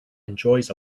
enjoys